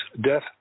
death